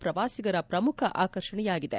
ಶ್ರವಾಸಿಗರ ಶ್ರಮುಖ ಆಕರ್ಷಣೆಯಾಗಿದೆ